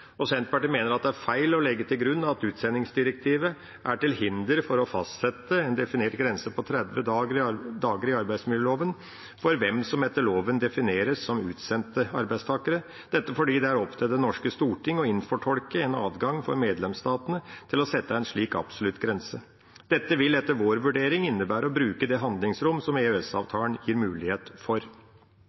Senterpartiet mener at det er feil å legge til grunn at utsendingsdirektivet er til hinder for å fastsette en definert grense på 30 dager i arbeidsmiljøloven for hvem som etter loven defineres som utsendte arbeidstakere – dette fordi det er opp til Stortinget å innfortolke en adgang for medlemsstatene til å sette en slik absolutt grense. Dette vil etter vår vurdering innebære å bruke det handlingsrommet som EØS-avtalen gir mulighet for.